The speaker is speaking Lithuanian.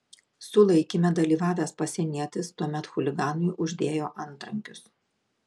sulaikyme dalyvavęs pasienietis tuomet chuliganui uždėjo antrankius